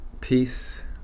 peace